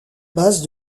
base